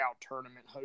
tournament